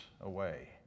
away